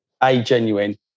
a-genuine